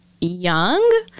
young